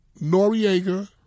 Noriega